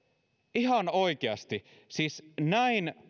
ihan oikeasti siis näin